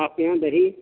آپ کے یہاں دہی